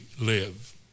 live